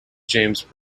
james